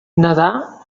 nadar